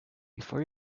before